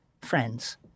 friends